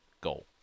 goal